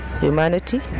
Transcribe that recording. humanity